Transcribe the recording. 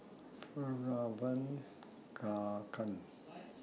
Fjallraven Kanken